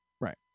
Right